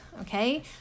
Okay